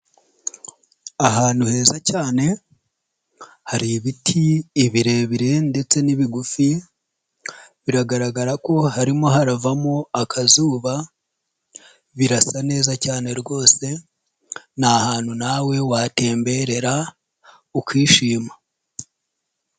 Ahantu heza cyane, hari ibiti ibirebire ndetse n'ibigufi, biragaragara ko harimo haravamo akazuba, birasa neza cyane rwose, ni ahantu nawe watemberera ukishima.